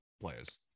players